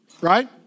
right